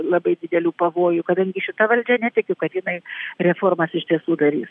labai didelių pavojų kadangi šita valdžia netikiu kad jinai reformas iš tiesų darys